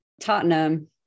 Tottenham